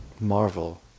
marvel